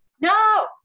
no